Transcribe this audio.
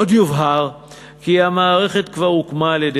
עוד יובהר כי המערכת כבר הוקמה על-ידי